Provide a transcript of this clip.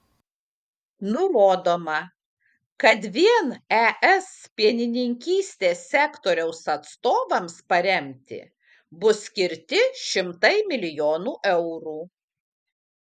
nurodoma kad vien es pienininkystės sektoriaus atstovams paremti bus skirti šimtai milijonų eurų